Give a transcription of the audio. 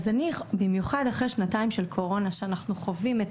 אז אני יכול להגיד ובמיוחד אחרי שנתיים מלאות של קורונה